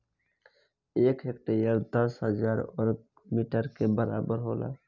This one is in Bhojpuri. एक हेक्टेयर दस हजार वर्ग मीटर के बराबर होला